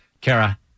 Kara